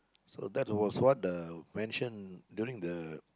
so that was what the mention during the